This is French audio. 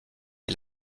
est